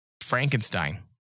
Frankenstein